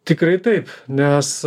tikrai taip nes